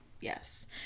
Yes